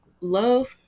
love